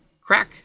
crack